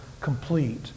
complete